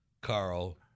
Carl